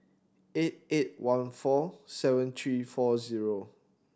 eight eight one four seven three four zero